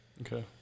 Okay